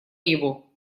его